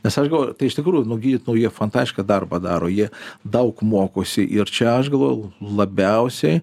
nes aš galvoju tai iš tikrųjų nu nu jie fantastišką darbą daro jie daug mokosi ir čia aš gavoju labiausiai